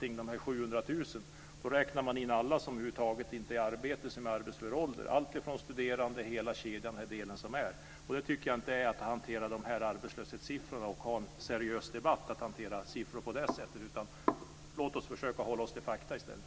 I de 700 000 räknar man in alla i arbetsför ålder som inte är i arbete; hela kedjan alltifrån studerande osv. Jag tycker inte att det är att ha en seriös debatt att hantera siffror på det sättet. Låt oss försöka hålla oss till fakta i stället.